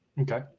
Okay